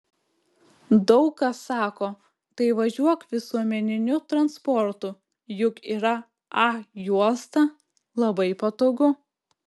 daug kas sako tai važiuok visuomeniniu transportu juk yra a juosta labai patogu